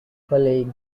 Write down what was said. college